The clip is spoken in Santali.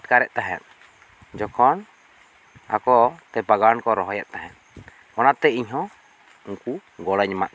ᱟᱴᱠᱟᱨ ᱮᱫ ᱛᱟᱦᱮᱜ ᱡᱚᱠᱷᱚᱱ ᱟᱠᱚ ᱛᱮ ᱵᱟᱜᱟᱱ ᱠᱚ ᱨᱚᱦᱚᱭᱮᱫ ᱛᱟᱦᱮᱜ ᱚᱱᱟᱛᱮ ᱤᱧ ᱦᱚᱸ ᱩᱱᱠᱩ ᱜᱚᱲᱚᱧ ᱮᱢᱟᱜ ᱠᱚᱣᱟ